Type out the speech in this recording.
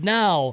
now